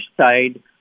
side